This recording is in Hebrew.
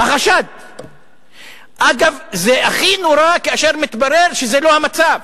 החשד, אגב, זה הכי נורא כאשר מתברר שזה לא המצב.